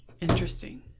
Interesting